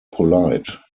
polite